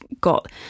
got